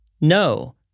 no